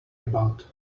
about